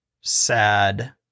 sad